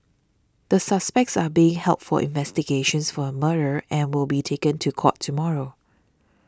the suspects are being held for investigations for murder and will be taken to court tomorrow